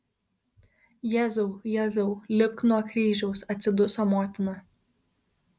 jėzau jėzau lipk nuo kryžiaus atsiduso motina